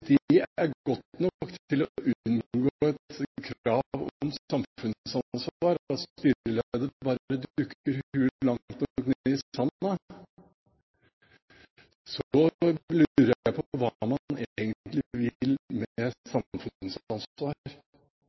er godt nok til å unngå et krav om samfunnsansvar at styreleder bare dukker hodet langt nok ned i sanden, lurer jeg på hva man egentlig vil med samfunnsansvar. Jeg synes samfunnsansvar kanskje er